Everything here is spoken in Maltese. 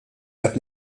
dak